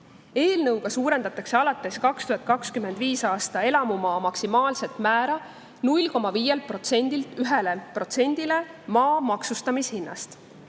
Eelnõuga suurendatakse alates 2025. aastast elamumaa maksu maksimaalset määra 0,5%-lt 1%-le maa maksustamishinnast.